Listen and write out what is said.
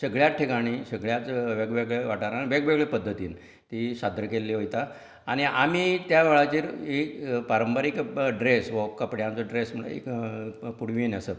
सगळ्यां ठिकाणी सगळ्यांच वेगवेगळ्या वाठारांत वेगवेगळ्या पद्दतीन ही सादर केल्ली वयता आनी आमी त्या वेळाचेर ही पारंपारीक ड्रेस हो कपड्याचो ड्रेस म्हणल्यार एक पुडवी न्हेसप